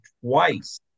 twice